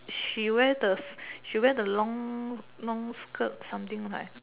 she wear the she wear the long long skirt something like